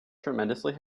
tremendously